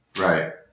right